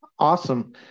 Awesome